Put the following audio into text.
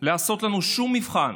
לעשות לנו שום מבחן,